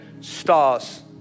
stars